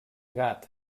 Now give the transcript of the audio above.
gat